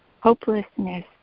hopelessness